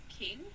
king